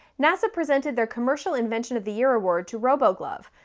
nasa presented their commercial invention of the year award to roboglove,